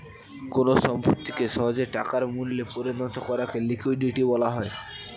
কোন সম্পত্তিকে সহজে টাকার মূল্যে পরিণত করাকে লিকুইডিটি বলা হয়